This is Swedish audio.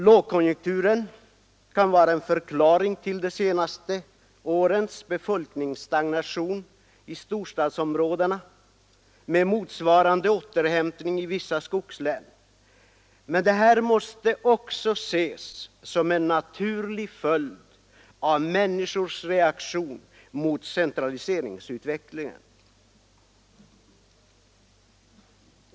Lågkonjunkturen kan vara en förklaring till de senaste årens befolkningsstagnation i storstadsområdena med motsvarande återhämtning i vissa skogslän, men detta måste också ses som en naturlig följd av människors reaktion mot centraliseringsutvecklingen.